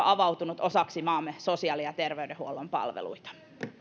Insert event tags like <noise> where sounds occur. <unintelligible> avautuneet osaksi maamme sosiaali ja terveydenhuollon palveluita